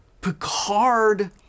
Picard